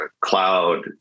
cloud